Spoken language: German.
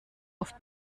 auf